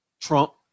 Trump